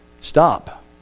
Stop